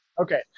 Okay